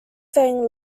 fang